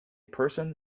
person